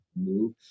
move